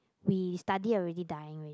we study already dying ready